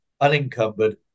unencumbered